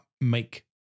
make